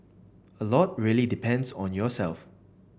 a lot really depends on yourself